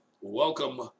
welcome